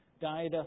died